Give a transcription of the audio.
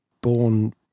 born